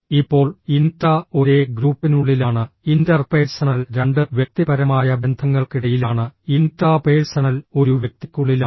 ഇപ്പോൾ ഇൻട്രാ ഒരേ ഗ്രൂപ്പിനുള്ളിലാണ് ഇൻ്റർപേഴ്സണൽ രണ്ട് വ്യക്തിപരമായ ബന്ധങ്ങൾക്കിടയിലാണ് ഇൻട്രാ പേഴ്സണൽ ഒരു വ്യക്തിക്കുള്ളിലാണ്